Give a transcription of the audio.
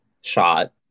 shot